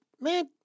man